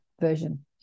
version